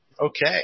okay